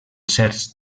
certs